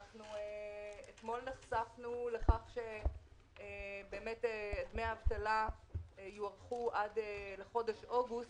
אתמול נחשפנו לכך שדמי האבטלה יוארכו עד לחודש אוגוסט.